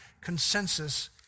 consensus